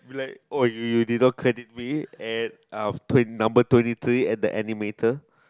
you like !oi! you you you did not credit me at um twen~ number twenty three at the animator